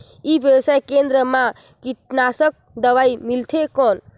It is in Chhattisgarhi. ई व्यवसाय केंद्र मा कीटनाशक दवाई मिलथे कौन?